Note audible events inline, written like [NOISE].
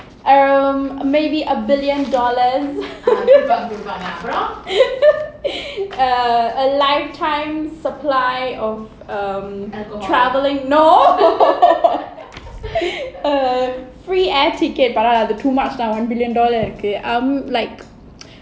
um maybe a billion dollars [LAUGHS] err a lifetime supply of um traveling no [LAUGHS] um free air tickets ah too much lah one billion dollar okay um like